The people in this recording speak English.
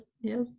yes